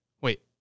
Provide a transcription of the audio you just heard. Wait